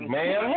Man